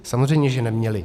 Samozřejmě že neměli.